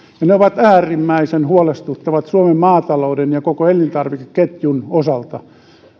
ja ne ovat äärimmäisen huolestuttavat suomen maatalouden ja koko elintarvikeketjun osalta